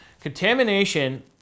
Contamination